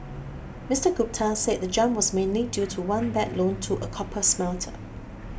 Mister Gupta said the jump was mainly due to one bad loan to a copper smelter